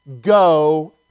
go